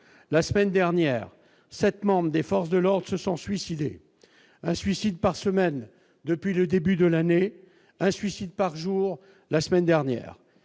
la semaine dernière, 7 membres des forces de l'ordre se sont suicidés, un suicide par semaine depuis le début de l'année, un suicide par jour la semaine dernière,